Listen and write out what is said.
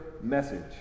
message